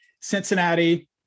Cincinnati